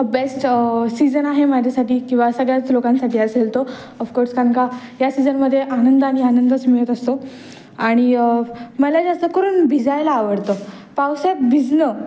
best season आहे माझ्यासाठी किंवा सगळ्याच लोकांसाठी असेल तो अफकोर्स कारण का या सीजनमध्ये आनंद आणि आनंदच मिळत असतो आणि मला जास्तकरून भिजायला आवडतं पावसात भिजणं